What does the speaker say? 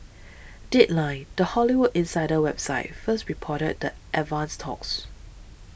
deadline the Hollywood insider website first reported the advanced talks